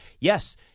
Yes